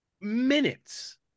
Minutes